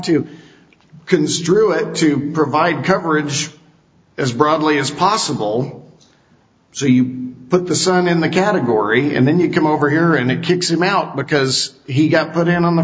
to construe it to provide coverage as broadly as possible so you put the sun in the category and then you come over here and it kicks him out because he got put in on the